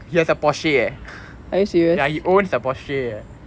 he has a porsche eh ya he owns a porsche eh